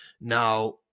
Now